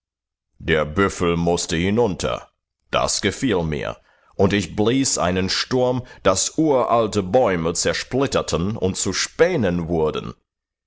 der büffel mußte hinunter das gefiel mir und ich blies einen sturm daß uralte bäume zersplitterten und zu spänen wurden